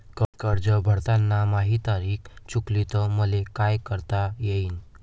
कर्ज भरताना माही तारीख चुकली तर मले का करता येईन?